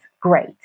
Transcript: great